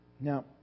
Now